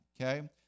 okay